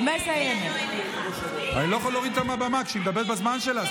אני לא יכול להוריד אותה מהבמה כשהיא מדברת בזמן שלה,